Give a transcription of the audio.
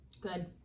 Good